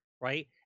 right